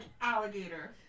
alligator